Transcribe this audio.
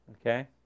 Okay